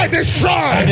destroy